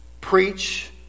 Preach